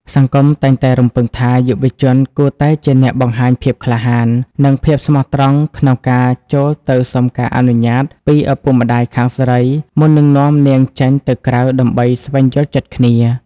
សង្គមតែងតែរំពឹងថា យុវជនគួរតែជាអ្នកបង្ហាញភាពក្លាហាន និងភាពស្មោះត្រង់ក្នុងការចូលទៅសុំការអនុញ្ញាតពីឪពុកម្ដាយខាងស្រី មុននឹងនាំនាងចេញទៅក្រៅដើម្បីស្វែងយល់ចិត្តគ្នា។